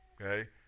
Okay